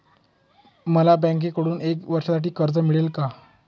मला बँकेकडून एका वर्षासाठी कर्ज मिळेल का?